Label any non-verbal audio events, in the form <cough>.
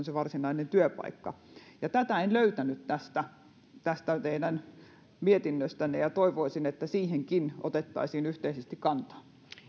<unintelligible> se varsinainen työpaikka tätä en löytänyt tästä tästä teidän mietinnöstänne ja toivoisin että siihenkin otettaisiin yhteisesti kantaa